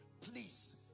Please